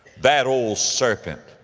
that old serpent,